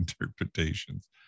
interpretations